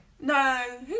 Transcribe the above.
No